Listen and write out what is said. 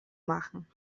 machen